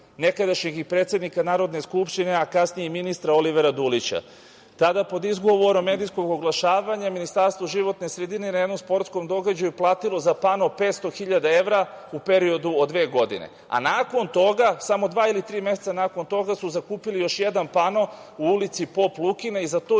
nekadašnjeg predsednika Narodne skupštine, a kasnije i ministra, Olivera Dulića. Tada pod izgovorom medijskog oglašavanja, Ministarstvo životne sredine je na jednom sportskom događaju platilo za pano 500 hiljada evra u periodu od dve godine. Nakon toga, samo dva ili tri meseca nakon toga su zakupili još jedan pano u ulici Pop Lukinoj i za to isto